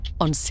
on